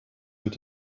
mit